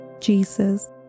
Jesus